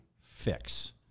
fix